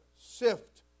sift